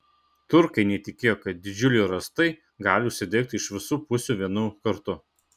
turkai netikėjo kad didžiuliai rąstai gali užsidegti iš visų pusių vienu kartu